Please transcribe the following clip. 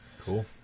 Cool